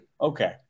Okay